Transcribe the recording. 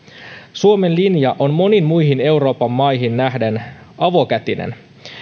suomen linja on moniin muihin euroopan maihin nähden avokätinen